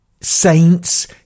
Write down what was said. saints